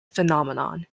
phenomenon